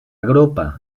gropa